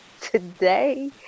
today